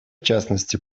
частности